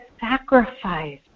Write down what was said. sacrifice